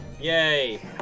Yay